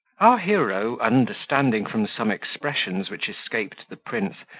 our hero, understanding from some expressions which escaped the prince,